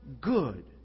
good